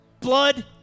blood